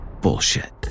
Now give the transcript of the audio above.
Bullshit